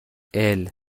البرای